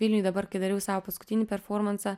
vilniuj dabar kai dariau savo paskutinį performansą